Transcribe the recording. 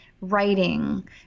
writing